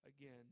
again